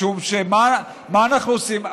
משום שמה אנחנו עושים?